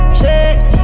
shake